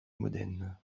modène